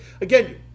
Again